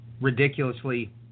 ridiculously